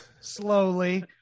slowly